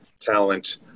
talent